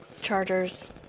chargers